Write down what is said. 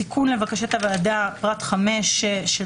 תיקון לבקשת הוועדה פרט 5 של